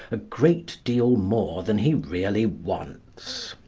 a great deal more than he really wants.